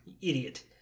Idiot